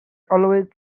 always